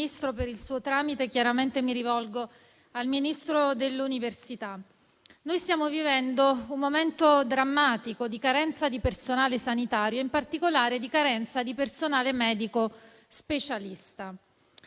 per il suo tramite mi rivolgo al Ministro dell'università e della ricerca. Stiamo vivendo un momento drammatico di carenza di personale sanitario, in particolare di personale medico specialista.